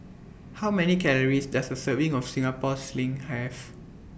How Many Calories Does A Serving of Singapore Sling Have